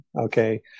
okay